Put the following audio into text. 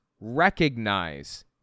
recognize